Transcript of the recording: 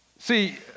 See